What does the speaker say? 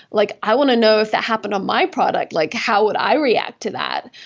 like i want to know if that happened on my product, like how would i react to that.